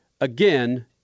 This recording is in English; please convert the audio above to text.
again